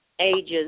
ages